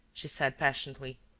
she said, passionately.